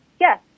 Yes